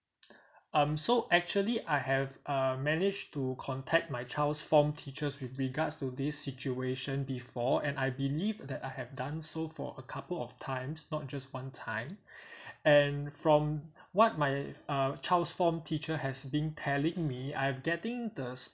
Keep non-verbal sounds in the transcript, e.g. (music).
um so actually I have um manage to contact my child's form teachers with regards to this situation before and I believe that I have done so for a couple of times not just one time (breath) and from what my uh child's form teacher has been telling me I'm getting the